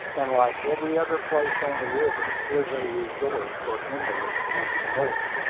and, like every other place on the river, is a resort for invalids from the north.